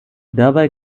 dabei